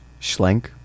Schlenk